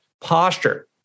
posture